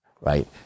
right